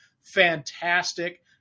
Fantastic